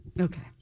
Okay